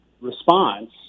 response